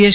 S